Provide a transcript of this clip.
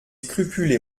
scrupules